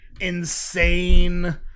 insane